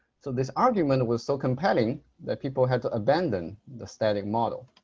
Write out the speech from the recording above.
so this argument was so compelling that people had to abandon the static model